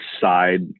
side